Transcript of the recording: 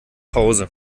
hause